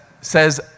says